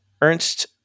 Ernst